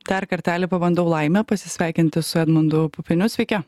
dar kartelį pabandau laimę pasisveikinti su edmundu pupiniu sveiki